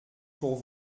pour